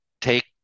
take